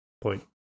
point